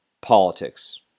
politics